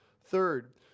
Third